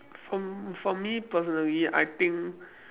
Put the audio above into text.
from for me personally I think